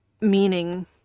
meaning